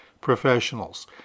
professionals